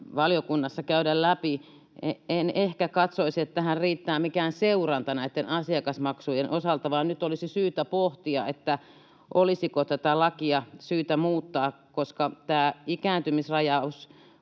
terveysvaliokunnassa käydä läpi. En ehkä katsoisi, että tähän riittää mikään seuranta näitten asiakasmaksujen osalta, vaan nyt olisi syytä pohtia, olisiko tätä lakia syytä muuttaa, koska tämä ikääntymisrajaus